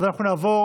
אז אנחנו נעבור,